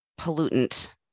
pollutant